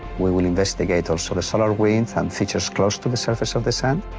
we will investigate also the solar wave and features close to the surface of the sun.